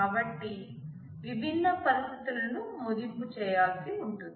కాబట్టి విభిన్న పరిస్థితులను మదింపు చేయాల్సి ఉంటుంది